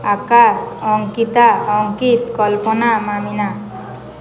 Akash Ankita Ankit Kalpana Mamina